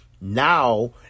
Now